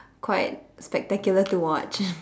quite spectacular to watch